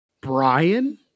Brian